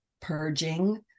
purging